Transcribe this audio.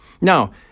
Now